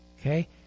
Okay